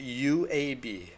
UAB